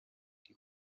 iri